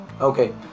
Okay